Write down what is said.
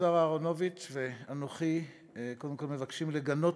השר אהרונוביץ ואנוכי קודם כול מבקשים לגנות